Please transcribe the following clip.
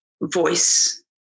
voice